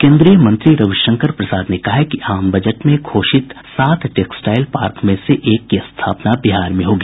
केन्द्रीय मंत्री रविशंकर प्रसाद ने कहा है कि आम बजट में घोषित सात टेक्सटाईल पार्क में से एक की स्थापना बिहार में होगी